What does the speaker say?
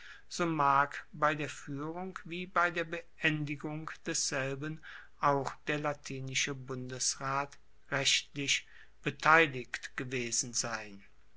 so mag bei der fuehrung wie bei der beendigung desselben auch der latinische bundesrat rechtlich beteiligt gewesen sein